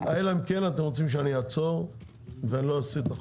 אלא אם כן אתם רוצים שאני אעצור ולא אעשה את החוק.